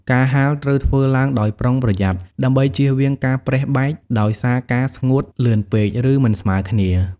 ការហាលត្រូវធ្វើឡើងដោយប្រុងប្រយ័ត្ន ដើម្បីជៀសវាងការប្រេះបែកដោយសារការស្ងួតលឿនពេក ឬមិនស្មើគ្នា។